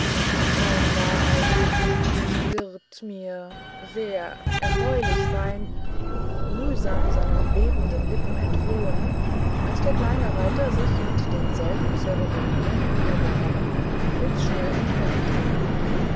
kaum war ein wird mir sehr erfreulich sein mühsam seinen bebenden lippen entflohen als der kleine reiter sich mit denselben zeremonien wie er gekommen blitzschnell entfernte